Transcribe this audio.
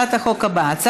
לוועדת